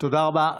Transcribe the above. תודה רבה.